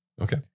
Okay